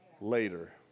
later